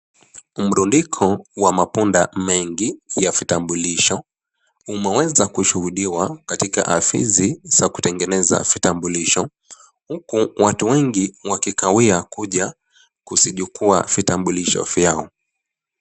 Mrundiko wa mabunda mengi ya vitambulisho, umeweza kushuhudiwa katika afisi za kutengeneza vitambulisho huku watu wengi wakikawia kuja kuzichukua vitambulisho vyao.